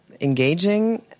engaging